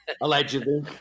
allegedly